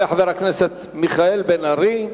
יעלה חבר הכנסת מיכאל בן-ארי,